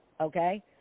Okay